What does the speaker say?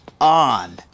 on